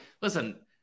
Listen